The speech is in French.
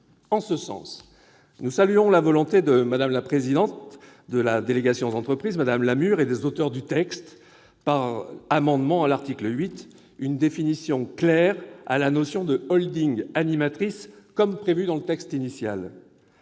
En ce sens, nous saluons la volonté de la présidente de la délégation aux entreprises, Mme Lamure, et des auteurs du texte de donner, par amendement à l'article 8, une définition claire à la notion de animatrice, ainsi que le prévoyait le texte initial.